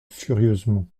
furieusement